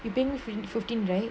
you paying fifteen right